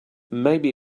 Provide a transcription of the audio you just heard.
maybe